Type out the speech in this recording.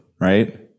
right